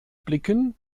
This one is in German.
blicken